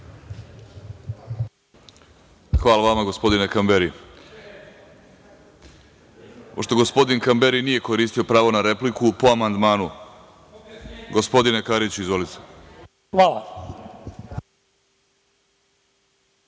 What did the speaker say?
Hvala vama, gospodine Kamberi. Pošto gospodin Kamberi nije koristio pravo na repliku, po amandmanu gospodine Kariću, izvolite.